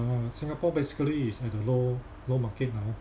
uh singapore basically is at the low low market now